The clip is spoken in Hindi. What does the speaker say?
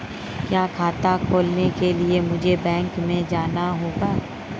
क्या खाता खोलने के लिए मुझे बैंक में जाना होगा?